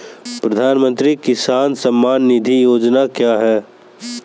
प्रधानमंत्री किसान सम्मान निधि योजना क्या है?